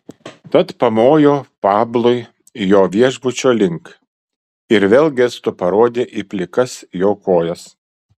tad pamojo pablui jo viešbučio link ir vėl gestu parodė į plikas jo kojas